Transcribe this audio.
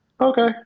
Okay